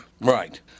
Right